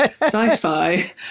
sci-fi